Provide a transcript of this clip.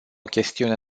chestiune